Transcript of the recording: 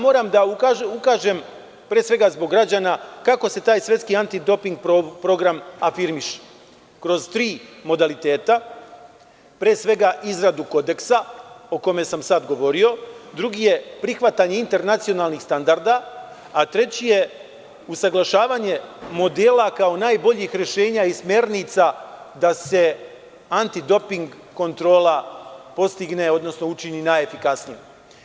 Moram da ukažem, pre svega zbog građana, kako se taj svetski anti doping program afirmiše, kroz tri modaliteta, pre svega izradu kodeksa o kome sam sad govorio, drugi je prihvatanje internacionalnih standarda, a treći je usaglašavanje modela kao najboljih rešenja i smernica da se anti doping kontrola postigne, odnosno učini najefikasnijim.